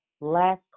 last